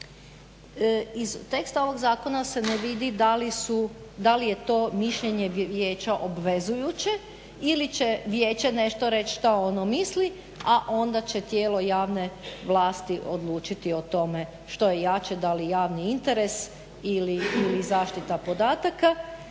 iz teksta ovog zakona se ne vidi da li su, da li je to mišljenje vijeća obvezujuće ili će vijeće nešto reći šta ono misli, a onda će tijelo javne vlasti odlučiti o tome što je jače, da li javni interes ili zaštita podataka.